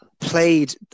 played